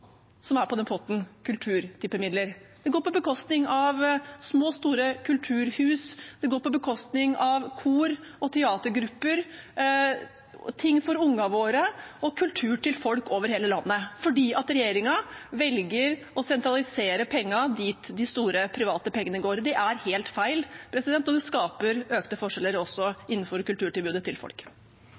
som er i den potten, kulturtippemidler. Det går på bekostning av små og store kulturhus, det går på bekostning av kor og teatergrupper, ting for ungene våre og kultur til folk over hele landet – fordi regjeringen velger å sentralisere pengene dit de store private pengene går. Det er helt feil, og det skaper økte forskjeller også innenfor kulturtilbudet til folk.